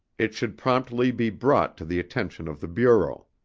it should promptly be brought to the attention of the bureau.